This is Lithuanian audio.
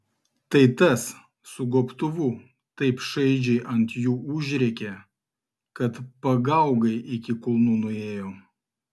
tai tas su gobtuvu taip šaižiai ant jų užrėkė kad pagaugai iki kulnų nuėjo